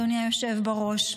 אדוני היושב בראש.